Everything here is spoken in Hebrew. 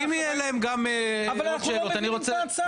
אנחנו לא מבינים את ההצעה,